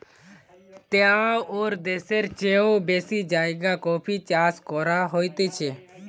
তেয়াত্তর দ্যাশের চেও বেশি জাগায় কফি চাষ করা হতিছে